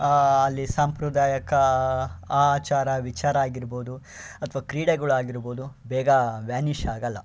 ಅಲ್ಲಿ ಸಾಂಪ್ರದಾಯಿಕ ಆಚಾರ ವಿಚಾರ ಆಗಿರ್ಬೋದು ಅಥವಾ ಕ್ರೀಡೆಗಳಾಗಿರ್ಬೋದು ಬೇಗ ವ್ಯಾನಿಷ್ ಆಗಲ್ಲ